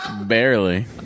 Barely